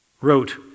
wrote